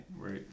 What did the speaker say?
right